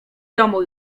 domu